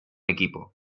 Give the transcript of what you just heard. equipo